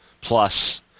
Plus